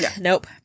Nope